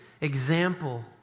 example